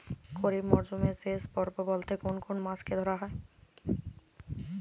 খরিপ মরসুমের শেষ পর্ব বলতে কোন কোন মাস কে ধরা হয়?